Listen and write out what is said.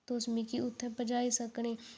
तुस मिगी उत्थै पजाई सकनें